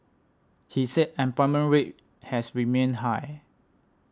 he said employment rate has remained high